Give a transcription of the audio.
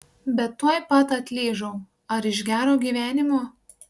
bet tuoj pat atlyžau ar iš gero gyvenimo